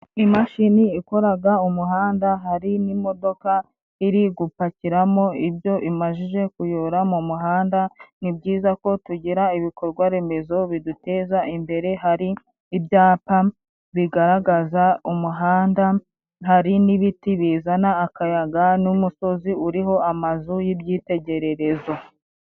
Imashini ikoraga umuhanda hari n'imodoka iri gupakiramo ibyo imajije kuyora mu muhanda, ni byiza ko tugira ibikorwa remezo biduteza imbere. Hari ibyapa bigaragaza umuhanda, hari n'ibiti bizana akayaga n'umusozi uriho amazu y'ibyitegererezo.